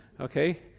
okay